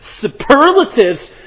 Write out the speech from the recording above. superlatives